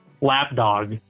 lapdog